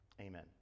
Amen